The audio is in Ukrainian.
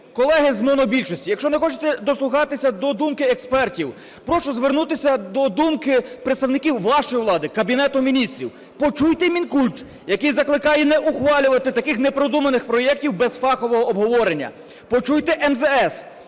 Колеги з монобільшості, якщо не хочете дослухатися до думки експертів, прошу звернутися до думки представників вашої влади, Кабінету Міністрів. Почуйте Мінкульт, який закликає не ухвалювати таких непродуманих проектів без фахового обговорення. Почуйте МЗС,